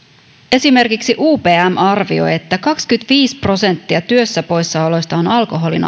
esimerkiksi upm arvioi että kaksikymmentäviisi prosenttia työstä poissaoloista on alkoholin